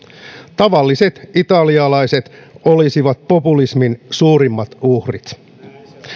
tavalliset italialaiset olisivat populismin suurimmat uhrit